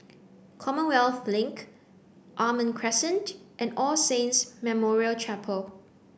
Commonwealth Link Almond Crescent and All Saints Memorial Chapel